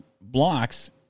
blocks